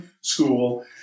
school